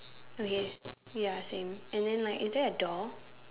okay ya same and then like is there a door